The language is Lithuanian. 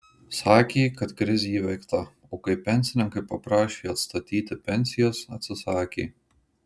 sakė kad krizė įveikta o kai pensininkai paprašė atstatyti pensijas atsisakė